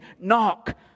knock